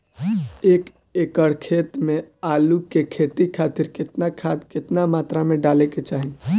एक एकड़ खेत मे आलू के खेती खातिर केतना खाद केतना मात्रा मे डाले के चाही?